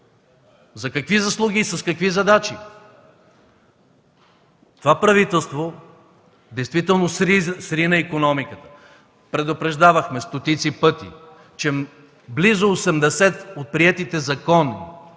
За какви заслуги и с какви задачи? Това правителство действително срина икономиката. Предупреждавахме стотици пъти, че близо 80 от приетите закони